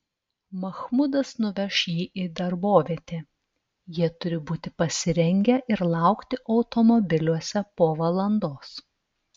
mahmudas nuveš jį į darbovietę jie turi būti pasirengę ir laukti automobiliuose po valandos